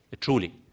truly